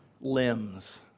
limbs